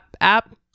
app